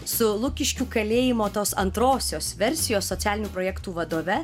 su lukiškių kalėjimo tos antrosios versijos socialinių projektų vadove